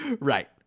Right